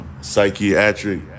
psychiatric